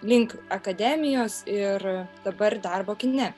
link akademijos ir dabar darbo kine